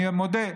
אני מודה,